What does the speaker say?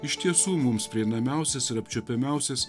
iš tiesų mums prieinamiausias ir apčiuopiamiausias